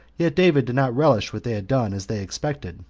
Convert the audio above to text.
yet david did not relish what they had done as they expected,